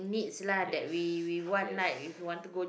yes yes